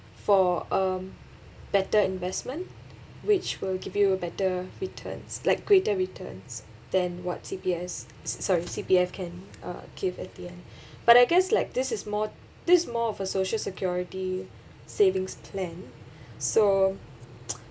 for a better investment which will give you better returns like greater returns than what C_P_S sorry C_P_F can uh give at the end but I guess like this is more this more of a social security savings plan so